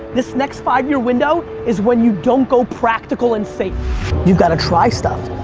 this next five year window is when you don't go practical and safe. you've got to try stuff.